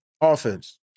offense